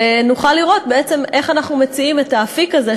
ונוכל לראות בעצם איך אנחנו מציעים את האפיק הזה,